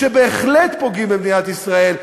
שבהחלט פוגעים במדינת ישראל,